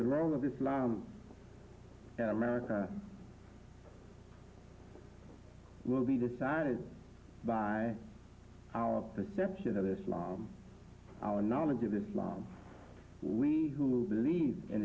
the role of islam in america will be decided by our perception of islam our knowledge of islam we who believe in